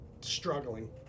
struggling